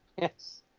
Yes